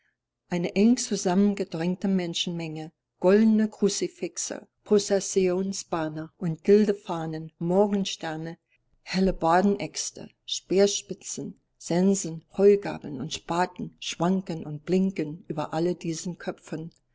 eine eng zusammengedrängte menschenmenge goldene kruzifixe prozessionsbanner und gildefahnen morgensterne hellebardenäxte speerspitzen sensen heugabeln und spaten schwanken und blinken über allen diesen köpfen